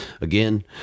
Again